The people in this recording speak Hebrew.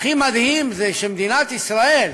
הכי מדהים זה שמדינת ישראל,